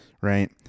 right